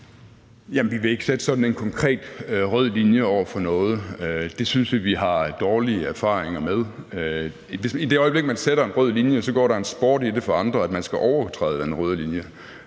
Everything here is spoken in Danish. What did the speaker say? Jamen vi vil ikke sætte sådan en konkret rød linje over for noget. Det synes vi at vi har dårlige erfaringer med. I det øjeblik man sætter en rød linje, går der en sport i det for de andre for at få en til at overtræde den røde linje,